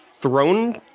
throne